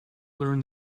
learn